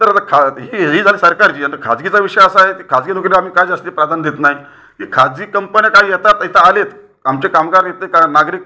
तर आता खा ही ही झाली सरकारची आता खाजगीचा विषय असा आहे ती खाजगी नोकरीला आम्ही का खास प्राधान्य देत नाही की खाजगी कंपन्या काय येतात इथे आलेत आमचे कामगार इथे का नागरिक